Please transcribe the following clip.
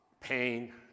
pain